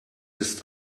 ist